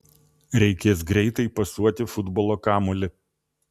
reikės greitai pasuoti futbolo kamuolį